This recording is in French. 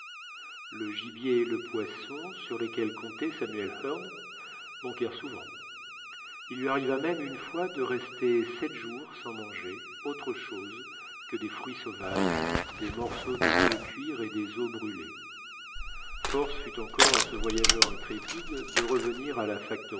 le gibier et le poisson sur lesquels comptait samuel hearne manquèrent souvent il lui arriva même une fois de rester sept jours sans manger autre chose que des fruits sauvages des morceaux de vieux cuir et des os brûlés force fut encore à ce voyageur intrépide de revenir à la